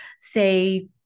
say